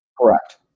Correct